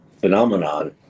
phenomenon